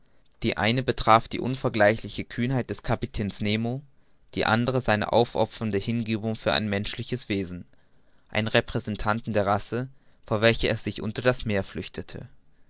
die eine betraf die unvergleichliche kühnheit des kapitäns nemo die andere seine aufopfernde hingebung für ein menschliches wesen einen repräsentanten der race vor welcher er sich unter das meer flüchtete